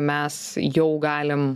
mes jau galim